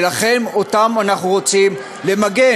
ולכן אותם אנחנו רוצים למגן.